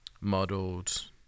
modeled